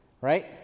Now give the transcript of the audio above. right